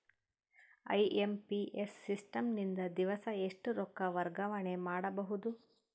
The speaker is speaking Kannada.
ಐ.ಎಂ.ಪಿ.ಎಸ್ ಸಿಸ್ಟಮ್ ನಿಂದ ದಿವಸಾ ಎಷ್ಟ ರೊಕ್ಕ ವರ್ಗಾವಣೆ ಮಾಡಬಹುದು?